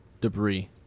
Debris